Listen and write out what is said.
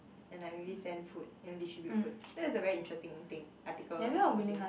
and I really send food you know distribute food that's a very interesting thing article about some thing